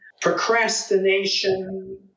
procrastination